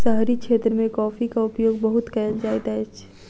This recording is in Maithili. शहरी क्षेत्र मे कॉफ़ीक उपयोग बहुत कयल जाइत अछि